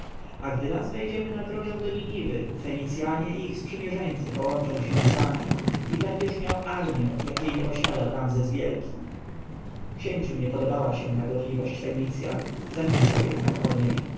a gdy raz wejdziemy na drogę do niniwy fenicjanie i ich sprzymierzeńcy połączą się z nami i będziesz miał armję jakiej nie posiadał ramzes wielki księciu nie podobała się ta gorliwość fenicjan zamilczał jednak o niej